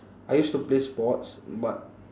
I used to play sports but